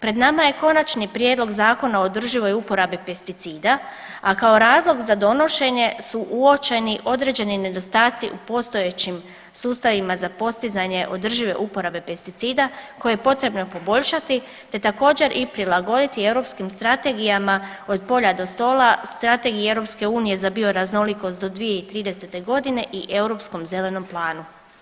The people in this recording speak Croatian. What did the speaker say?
Pred nama je Konačni prijedlog Zakona o održivoj uporabi pesticida, a kao razlog za donošenje su uočeni određeni nedostaci u postojećim sustavima za postizanje održive uporabe pesticida koje je potrebno poboljšati, te također i prilagoditi europskim Strategijama „Od polja do stola“, Strategiji EU za „Bioraznolikost do 2030.g.“ i Europskom zelenom planu.